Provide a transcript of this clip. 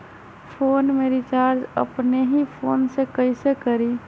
Phone में recharge अपने ही फ़ोन से कईसे करी?